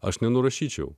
aš nenurašyčiau